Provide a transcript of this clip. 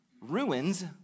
ruins